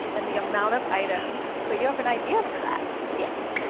and the amount of items. but you have an idea for that. yes,